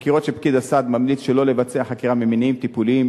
וחקירות שפקיד הסעד ממליץ שלא לבצע ממניעים טיפוליים,